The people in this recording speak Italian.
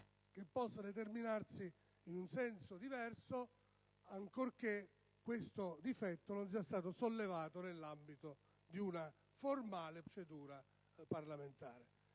credo possa determinarsi in un senso diverso ancorché questo difetto non sia stato sollevato nell'ambito di una formale procedura parlamentare.